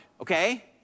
okay